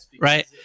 right